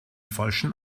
falschen